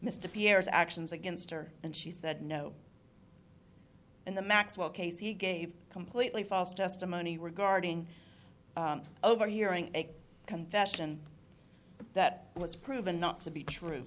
pierre's actions against her and she said no in the maxwell case he gave completely false testimony regarding overhearing a confession that was proven not to be true